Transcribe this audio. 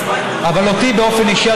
אבל אותי באופן אישי,